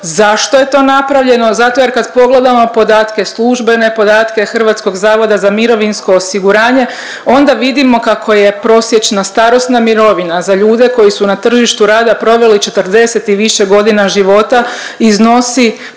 Zašto je to napravljeno? Zato jer kad pogledamo podatke službene, podatke HZMO-a onda vidimo kako je prosječna starosna mirovina za ljude koji su na tržištu rada proveli 40 i više godina života iznosi